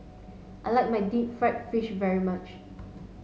I like my deep fried fish very much